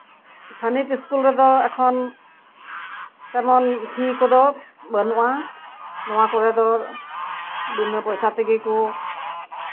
ᱛᱷᱟᱱᱤᱛ ᱥᱠᱩᱞ ᱨᱮᱫᱚ ᱮᱠᱷᱚᱱ ᱛᱮᱢᱚᱱ ᱯᱷᱤ ᱠᱚᱫᱚ ᱵᱟ ᱱᱩᱜᱼᱟ ᱱᱚᱣᱟ ᱠᱚᱨᱮ ᱫᱚ ᱵᱤᱱᱟᱹ ᱯᱚᱭᱥᱟ ᱛᱮᱜᱮ ᱠᱚ